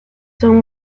son